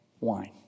wine